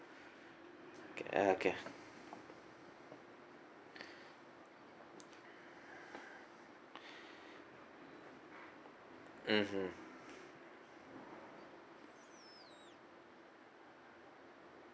okay uh okay mm hmm